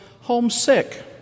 homesick